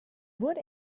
wurde